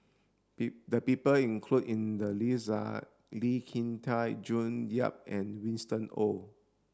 the people included in the list are Lee Kin Tat June Yap and Winston Oh